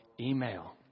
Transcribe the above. email